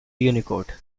unicode